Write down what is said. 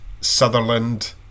Sutherland